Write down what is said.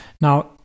now